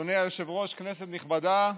אדוני היושב-ראש, כנסת נכבדה,